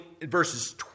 verses